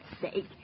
sake